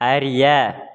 அறிய